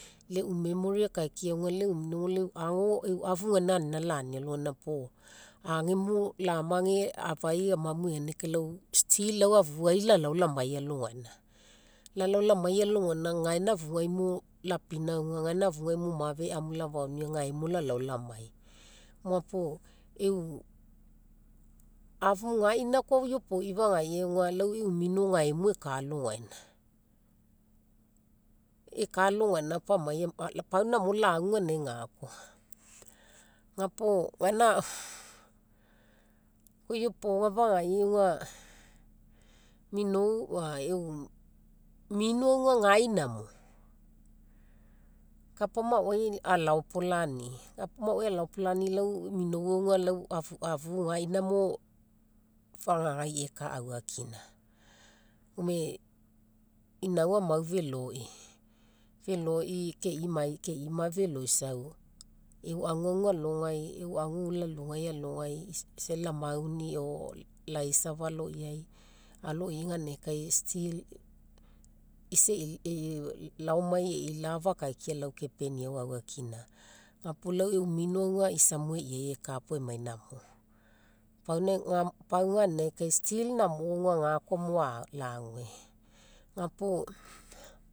Leu memory akaikia aga leu mino leu ago afu gaina anina laani po agemo amage lafai amu egai kai lau still lau afuai la lao la mai alogaina. La lao la mai alogaina gaina afuga mo la pinauga gaina afuga mafe amu lafaunia gae mo la lao la mai. Ga puo e'u, afu gaina koa iopoi fagaiiai aga lau e'u mino gae mo ekaa alogaina. Ekaa alogaina puo amai pau, namo ague ganinagai kai ga koa. Ga puo gaina iopoga fagaiiai aga minou, mino aga gaina mo. Kapa maoai alaopolanii. Kapa maoai alaopolanii lau minou aga lau afu gaina mo fagagai ekaa aufakina. Gome inau amau feloi, feloi ke'ima feloisau. E'u aguagu alogai isa la mauni or laisafa aloiiai, aloiiai ganinagai kai still, isa e'i laomai e'i love akaikia lau kepeniau aufakina. Ga puo lau e'u mino aga isa mo ei'ai ekaa pau emai namo. Pau ganinagai kai still namo aga ga koa mo lague. Ga puo